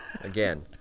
Again